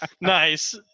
Nice